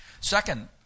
Second